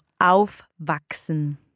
aufwachsen